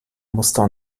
muster